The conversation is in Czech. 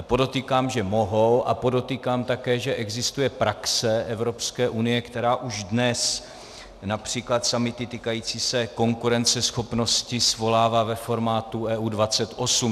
Podotýkám, že mohou, a podotýkám také, že existuje praxe Evropské unie, která už dnes například summity týkající se konkurenceschopnosti svolává ve formátu EU 28.